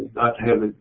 not have